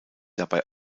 dabei